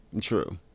true